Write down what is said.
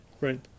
right